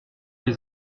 les